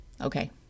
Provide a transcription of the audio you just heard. Okay